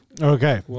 Okay